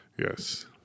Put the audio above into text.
Yes